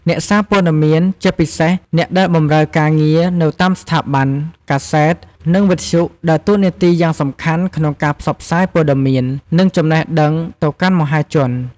អ្នកសារព័ត៌មាន ជាពិសេសអ្នកដែលបម្រើការងារនៅតាមស្ថាប័ន កាសែត និងវិទ្យុ ដើរតួនាទីយ៉ាងសំខាន់ក្នុងការផ្សព្វផ្សាយព័ត៌មាន និងចំណេះដឹងទៅកាន់មហាជន។